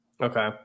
Okay